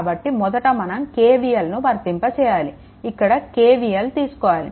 కాబట్టి మొదట మనం KVLను వర్తింప చేయాలి ఇక్కడ KVL తీసుకోవాలి